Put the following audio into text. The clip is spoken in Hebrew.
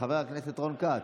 חבר הכנסת רון כץ,